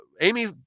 Amy